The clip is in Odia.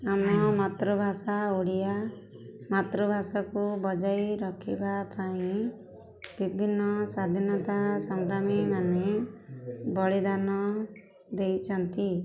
ଆମ ମାତୃଭାଷା ଓଡ଼ିଆ ମାତୃଭାଷାକୁ ବଜାଇ ରଖିବା ପାଇଁ ବିଭିନ୍ନ ସ୍ଵାଧୀନତା ସଂଗ୍ରାମୀମାନେ ବଳିଦାନ ଦେଇଛନ୍ତି